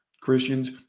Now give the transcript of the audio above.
christians